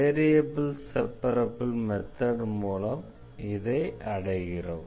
variable separable method மூலம் இதை அடைகிறோம்